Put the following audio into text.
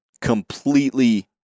completely